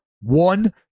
One